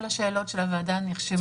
כל השאלות של הוועדה נרשמו.